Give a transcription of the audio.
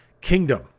kingdom